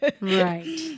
Right